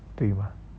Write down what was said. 对吗